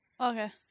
Okay